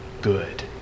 good